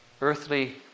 Earthly